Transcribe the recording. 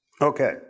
Okay